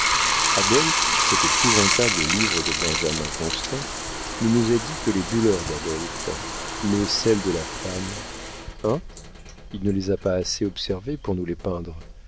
adolphe cet épouvantable livre de benjamin constant ne nous a dit que les douleurs d'adolphe mais celles de la femme hein il ne les a pas assez observées pour nous les peindre